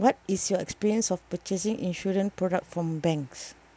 what is your experience of purchasing insurance product from banks